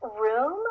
room